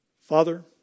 Father